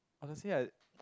honestly like